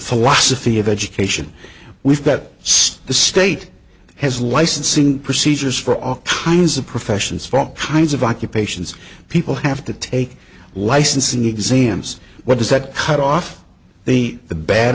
philosophy of education we've got state has licensing procedures for all kinds of professions for all kinds of occupations people have to take licensing exams what does that cut off the